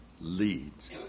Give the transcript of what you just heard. leads